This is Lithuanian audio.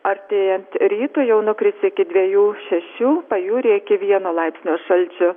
artėjant rytui jau nukris iki dviejų šešių pajūryje iki vieno laipsnio šalčio